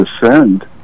descend